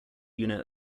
unit